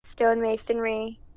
stonemasonry